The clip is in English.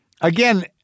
again